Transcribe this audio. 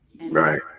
Right